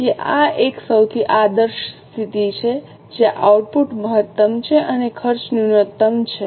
તેથી આ એક સૌથી આદર્શ સ્થિતિ છે જ્યાં આઉટપુટ મહત્તમ છે અને ખર્ચ ન્યૂનતમ છે